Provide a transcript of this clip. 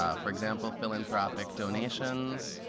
ah for example, philanthropic donations,